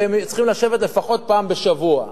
והם צריכים לשבת לפחות פעם בשבוע.